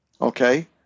Okay